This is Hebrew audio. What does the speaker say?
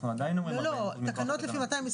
אז עליו חלה ה-40%.